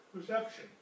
perception